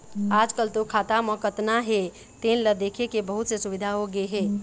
आजकाल तो खाता म कतना हे तेन ल देखे के बहुत से सुबिधा होगे हे